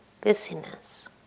busyness